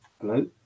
hello